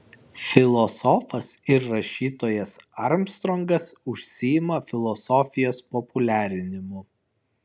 filosofas ir rašytojas armstrongas užsiima filosofijos populiarinimu